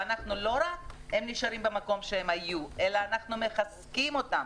ולא רק שהם נשארים במקום שבו היו אלא אנו מחזקים אותם.